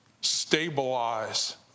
stabilize